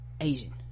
Asian